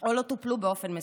או לא טופלו באופן מספק.